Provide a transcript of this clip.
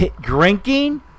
Drinking